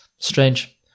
Strange